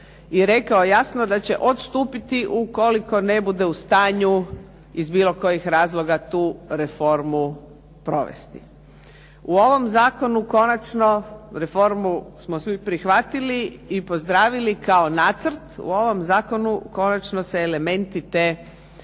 i rekao jasno da će odstupiti ukoliko ne bude u stanju iz bilo kojeg razloga tu reformu provesti. U ovom zakonu konačno reformu smo svi prihvatili i pozdravili kao nacrt. U ovom zakonu konačno se elementi te reforme